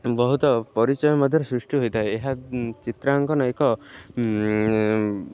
ବହୁତ ପରିଚୟ ମଧ୍ୟରେ ସୃଷ୍ଟି ହୋଇଥାଏ ଏହା ଚିତ୍ରାଙ୍କନ ଏକ